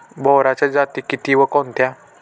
बोराच्या जाती किती व कोणत्या?